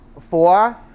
Four